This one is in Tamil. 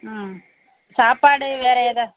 ம் சாப்பாடு வேறு ஏதாவது